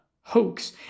hoax